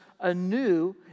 anew